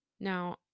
now